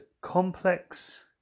complex